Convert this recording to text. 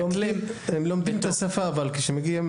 הם לומדים את השפה אבל כשהם מגיעים